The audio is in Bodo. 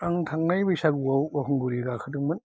आं थांनाय बैसागुवाव बाउखुंग्रि गाखोदोंमोन